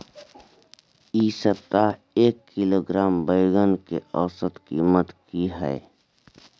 इ सप्ताह एक किलोग्राम बैंगन के औसत कीमत की हय?